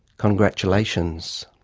congratulations!